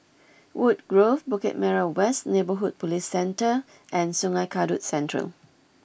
Woodgrove Bukit Merah West Neighbourhood Police Centre and Sungei Kadut Central